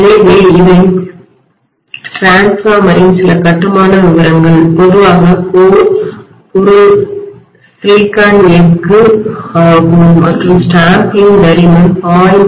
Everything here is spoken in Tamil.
எனவே இவை மின்மாற்றியின்டிரான்ஸ்ஃபார்மரின் சில கட்டுமான விவரங்கள் பொதுவாக கோர் பொருள் சிலிக்கான் எஃகு ஆகும் மற்றும் ஸ்டாம்பிங் தடிமன் 0